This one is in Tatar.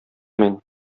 мин